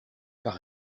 par